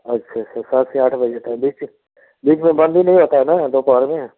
अच्छा अच्छा सात से आठ बजे तक बीच में बंद ही नहीं होता है न दोपहर में